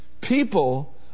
People